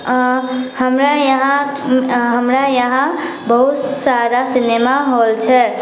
हमरा यहाँ हमरा यहाँ बहुत सारा सिनेमा हाँल छै